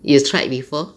you tried before